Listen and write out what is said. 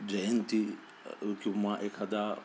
जयंती किंवा एखादा